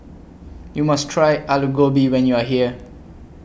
YOU must Try Alu Gobi when YOU Are here